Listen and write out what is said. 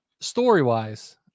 story-wise